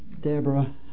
Deborah